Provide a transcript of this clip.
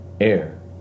Air